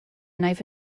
knife